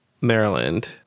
Maryland